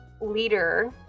Leader